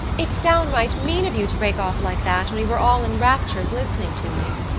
it's downright mean of you to break off like that when we were all in raptures listening to you.